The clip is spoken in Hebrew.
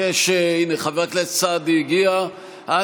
חבר הכנסת סעדי הגיע למקומו,